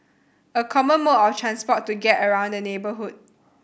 a common mode of transport to get around the neighbourhood